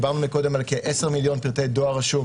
דיברנו קודם על כ-10 מיליון פרטי דואר רשום